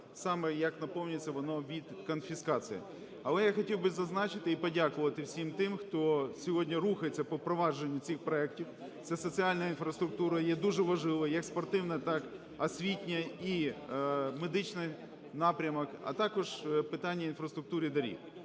саме, як наповнюється воно від конфіскації. Але я хотів би зазначити і подякувати всім тим, хто сьогодні рухається по впровадженню цих проектів, це соціальна інфраструктура є дуже важлива як спортивна, так і освітня, і медичний напрямок, а також питання інфраструктури доріг.